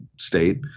state